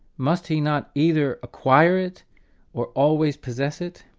must he not either acquire it or always possess it?